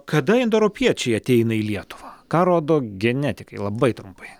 kada indoeuropiečiai ateina į lietuvą ką rodo genetikai labai trumpai